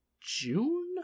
June